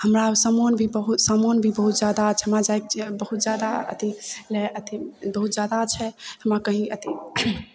हमरा सामान भी बहुत सामान भी बहुत जादा छै हमरा जाइके छै बहुत जादा अथि लए अथि बहुत जादा छै तऽ हमरा कहीँ अथि